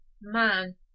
man